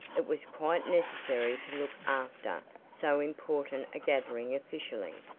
it was quite necessary to look after so important a gathering officially,